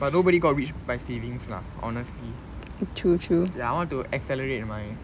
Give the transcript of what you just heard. but nobody got rich by savings lah honestly I want to accelerate my